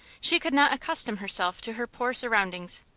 she could not accustom herself to her poor surroundings.